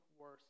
worse